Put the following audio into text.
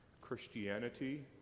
Christianity